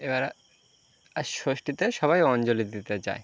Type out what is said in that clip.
এবার আর ষষ্ঠীতে সবাই অঞ্জলি দিতে যায়